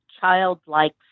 childlike